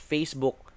Facebook